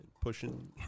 pushing